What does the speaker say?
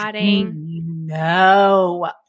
no